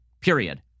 period